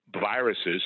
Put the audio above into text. viruses